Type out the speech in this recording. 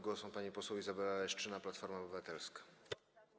Głos ma pani poseł Izabela Leszczyna, Platforma Obywatelska.